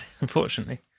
unfortunately